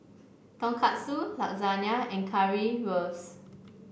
Tonkatsu Lasagne and Currywurst